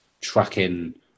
tracking